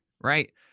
right